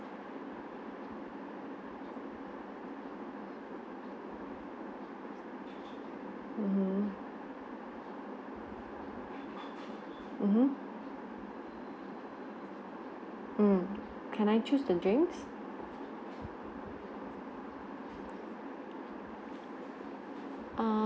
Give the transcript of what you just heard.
mmhmm mmhmm mm can I choose the drinks uh